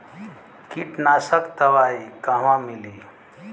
कीटनाशक दवाई कहवा मिली?